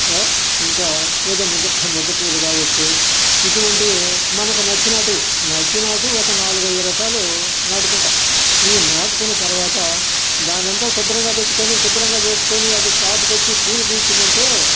ఇంకా ఏదో ముద్ద ముద్దపూలు కావొచ్చు ఇటువంటివి మనకు నచ్చినాటివి నచ్చినాటివి ఒక నాలుగైదు రకాలు నాటుకుటాం ఈ నాటుకున్న తర్వాత దాన్నంతా సుభ్రంగా పెట్టుకొని సుభ్రంగా చేసుకొని అది కాపుకొచ్చి పూలు పూసిందంటే